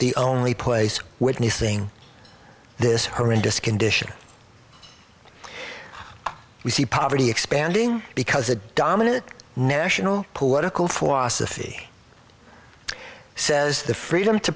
the only pussies witnessing this horrendous condition we see poverty expanding because a dominant national political philosophy says the freedom to